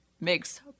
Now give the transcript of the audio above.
Makes